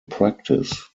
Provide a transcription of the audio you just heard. practice